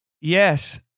Yes